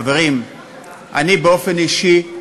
חברים, אני, באופן אישי,